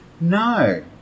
No